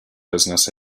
business